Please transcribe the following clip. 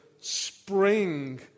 spring